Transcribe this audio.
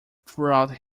throughout